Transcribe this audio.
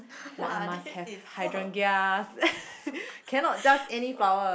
like I must have hydrangea cannot just any flower